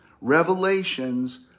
Revelations